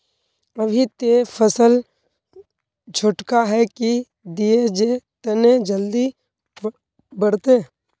अभी ते फसल छोटका है की दिये जे तने जल्दी बढ़ते?